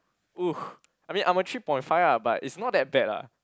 !oo! I mean I'm a three point five ah but it's not that bad lah